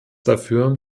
dafür